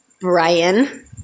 Brian